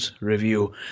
review